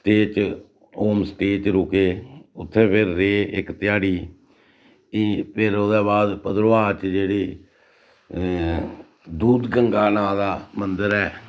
stay च home stay च रुके उत्थें फिर रेह् इक ध्याड़ी फिर ओह्दे बाद भद्रवाह् च जेह्ड़ी दूध गंगा नांऽ दा मंदर ऐ